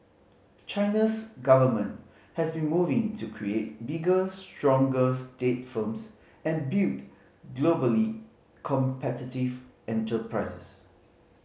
China's government has been moving to create bigger stronger state firms and build globally competitive enterprises